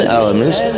elements